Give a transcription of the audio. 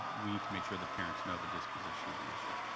we need to make sure the parents know the disposition of the issue.